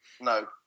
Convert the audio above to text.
No